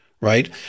right